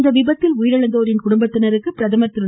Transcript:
இவ்விபத்தில் உயிரிழந்தோரின் குடும்பத்தினருக்கு பிரதமர் திரு